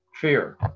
Fear